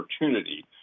opportunity